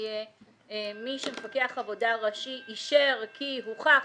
מי שמפקח העבודה הראשי אישר כי הוכח